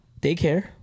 Daycare